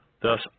Thus